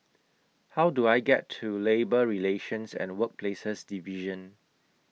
How Do I get to Labour Relations and Workplaces Division